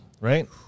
right